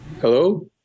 Hello